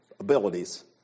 abilities